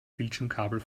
bildschirmkabel